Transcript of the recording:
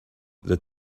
that